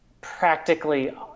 practically